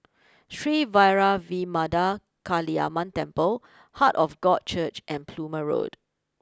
Sri Vairavimada Kaliamman Temple Heart of God Church and Plumer Road